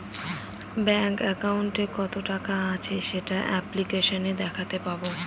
bank একাউন্টে কত টাকা আছে সেটা অ্যাপ্লিকেসনে দেখাতে পাবো